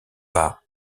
pas